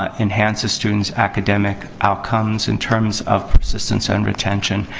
ah enhances student's academic outcomes in terms of persistence ah and retention.